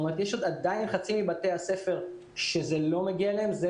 זה עדיין לא הגיע למחצית מבתי הספר.